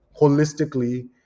holistically